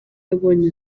yabonye